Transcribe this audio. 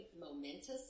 momentous